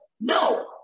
No